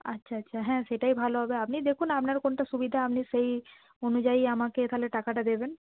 আচ্ছা আচ্ছা হ্যাঁ সেটাই ভালো হবে আপনি দেখুন আপনার কোনটা সুবিধা আপনি সেই অনুযায়ী আমাকে তাহলে টাকাটা দেবেন